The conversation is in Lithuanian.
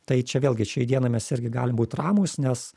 tai čia vėlgi šiai dienai mes irgi galim būt ramūs nes